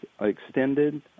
extended